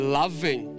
loving